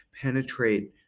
penetrate